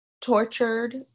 tortured